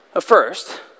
First